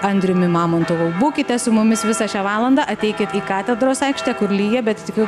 andriumi mamontovu būkite su mumis visą šią valandą ateikit į katedros aikštę kur lyja bet tikiu